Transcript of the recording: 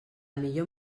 millor